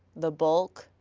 the bulk?